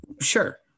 Sure